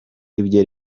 ibyo